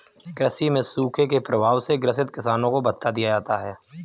कृषि में सूखे के प्रभाव से ग्रसित किसानों को भत्ता दिया जाता है